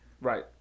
Right